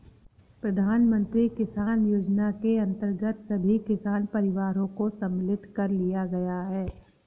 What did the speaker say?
प्रधानमंत्री किसान योजना के अंतर्गत सभी किसान परिवारों को सम्मिलित कर लिया गया है